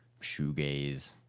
shoegaze